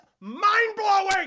mind-blowing